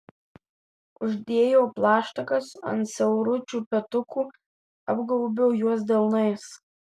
uždėjau plaštakas ant siauručių petukų apgaubiau juos delnais